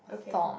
okay um